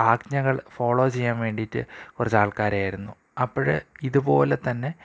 ആജ്ഞകൾ follow ചെയ്യാൻ വേണ്ടിയിട്ട് കുറച്ച് ആൾക്കാരെയായിരുന്നു അപ്പോള് ഇതുപോലെതന്നെ